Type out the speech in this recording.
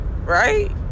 right